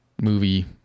movie